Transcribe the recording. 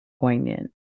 poignant